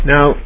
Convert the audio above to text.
Now